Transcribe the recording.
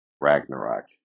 Ragnarok